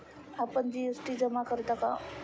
आपण जी.एस.टी जमा करता का?